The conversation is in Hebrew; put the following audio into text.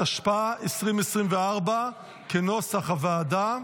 התשפ"ה 2024, כנוסח הוועדה.